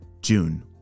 June